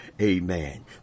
amen